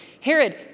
Herod